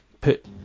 put